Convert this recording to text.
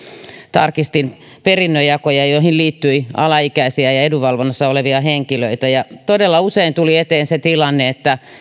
tarkistin perinnönjakoja joihin liittyi alaikäisiä ja edunvalvonnassa olevia henkilöitä todella usein tuli eteen se tilanne että